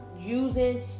using